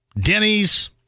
Denny's